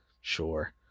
sure